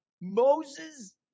Moses